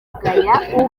ugaya